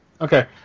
Okay